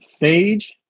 Phage